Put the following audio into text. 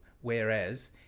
whereas